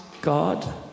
God